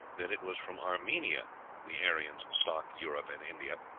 that it was from armenia the aryans stocked europe and india,